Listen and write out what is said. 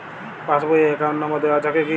Pass বই এ account number দেওয়া থাকে কি?